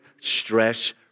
stress